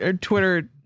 Twitter